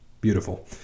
Beautiful